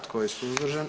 Tko je suzdržan?